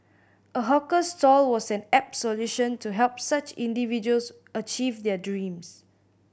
a hawker stall was an apt solution to help such individuals achieve their dreams